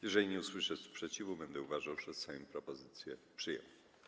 Jeżeli nie usłyszę sprzeciwu, będę uważał, że Sejm propozycję przyjął.